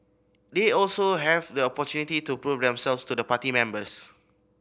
they also have the opportunity to prove themselves to the party members